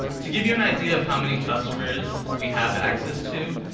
to give you an idea of how many customers we have access to,